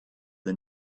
the